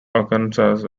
arkansas